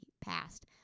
passed